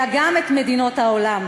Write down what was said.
אלא גם את מדינות העולם.